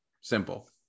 Simple